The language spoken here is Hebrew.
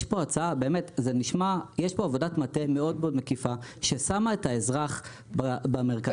יש פה עבודת מטה מאוד מקיפה ששמה את האזרח במרכז.